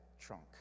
trunk